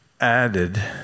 added